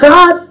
God